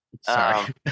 sorry